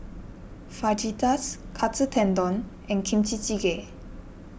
Fajitas Katsu Tendon and Kimchi Jjigae